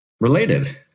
related